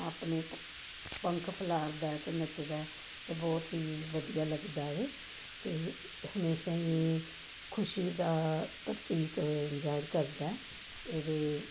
ਆਪਣੇ ਪੰਖ ਖਿਲਾਰਦਾ ਅਤੇ ਨੱਚਦਾ ਅਤੇ ਬਹੁਤ ਹੀ ਵਧੀਆ ਲੱਗਦਾ ਹੈ ਅਤੇ ਹਮੇਸ਼ਾ ਹੀ ਖੁਸ਼ੀ ਦਾ ਪ੍ਰਤੀਕ ਜ਼ਾਹਰ ਕਰਦਾ ਇਹਦੇ